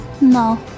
No